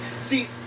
See